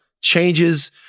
changes